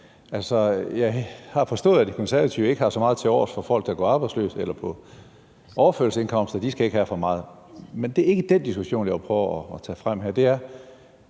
gøre? Jeg har forstået, at De Konservative ikke har så meget tilovers for folk, der går arbejdsløse eller er på overførselsindkomst; de skal ikke have for meget. Men det er ikke den diskussion, jeg vil prøve at tage frem her, men det